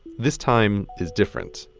this time is different.